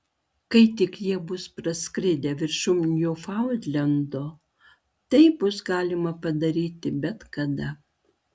kai tik jie bus praskridę viršum niufaundlendo tai bus galima padaryti bet kada